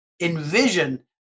envision